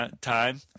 time